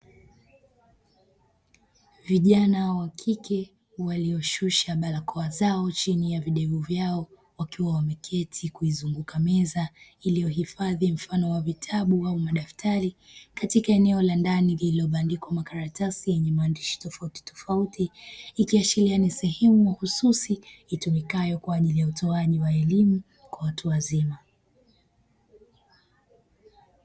Vijana wa kike walioshusha barakoa zao chini ya videvu vyao wakiwa wameketi kuizunguka meza iliyohifadhi mfano wa vitabu au madaftari katika eneo la ndani lililobandikwa makaratasi yenye maandishi tofauti tofauti ikiashiria ni sehemu mahususi itumikayo kwa ajili ya utoaji wa elimu kwa watu wazima.